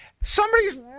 somebody's